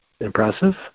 impressive